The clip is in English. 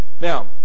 now